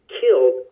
killed